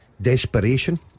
desperation